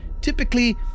typically